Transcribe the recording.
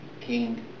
king